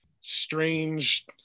strange